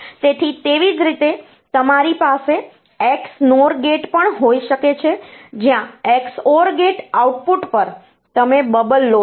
તેથી તેવી જ રીતે તમારી પાસે XNOR ગેટ પણ હોઈ શકે છે જ્યાં XOR ગેટ આઉટપુટ પર તમે બબલ લો છો